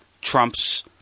Trump's